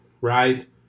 right